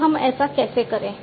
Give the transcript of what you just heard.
तो हम ऐसा कैसे करें